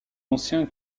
ancien